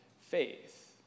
faith